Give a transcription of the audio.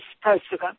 president